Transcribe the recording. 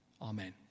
Amen